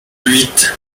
huit